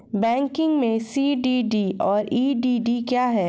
Banking में CDD और EDD क्या हैं?